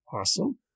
Awesome